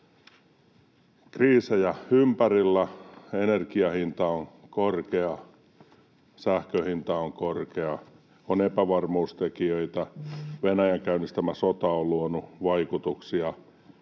kriisejä ympärillä, energiahinta on korkea, sähkön hinta on korkea, on epävarmuustekijöitä, Venäjän käynnistämä sota on luonut vaikutuksia,